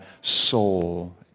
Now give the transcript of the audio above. soul